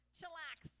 Chillax